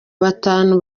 batanu